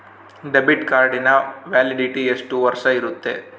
Debit ಕಾರ್ಡಿನ validity ಎಷ್ಟು ವರ್ಷ ಇರುತ್ತೆ?